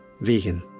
vegan